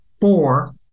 Four